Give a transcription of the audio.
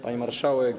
Pani Marszałek!